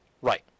Right